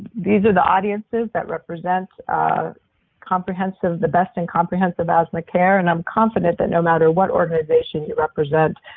these are the audiences that represent comprehensive the best in comprehensive asthma care, and i'm confident that no matter what organization you represent,